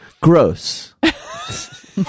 Gross